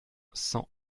cent